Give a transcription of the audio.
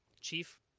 Chief